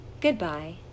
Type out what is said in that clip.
Goodbye